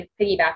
piggyback